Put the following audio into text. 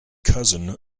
cousin